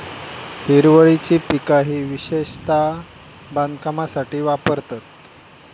हिरवळीची पिका ही विशेषता बांधकामासाठी वापरतत